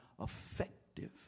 effective